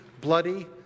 bloody